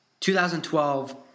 2012